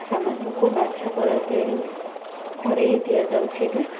ସେମାନଙ୍କୁ ବାଧ୍ୟ କରେଇ ଦିଆଯାଉଛି ଯେ